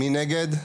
מי נגד?